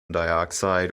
dioxide